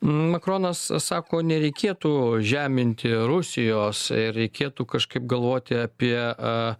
makronas sako nereikėtų žeminti rusijos ir reikėtų kažkaip galvoti apie